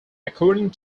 according